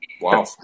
wow